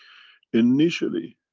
initially,